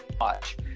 watch